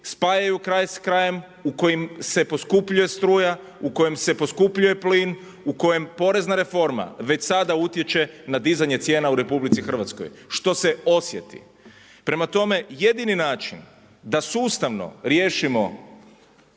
spajaju kraj s krajem, u kojem se poskupljuje struja, u kojem se poskupljuje plin, u kojem porezna reforma već sada utječe na dizanje cijena u RH, što se osjeti. Prema tome, jedini način da sustavno riješimo